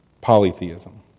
Polytheism